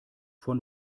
von